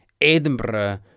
Edinburgh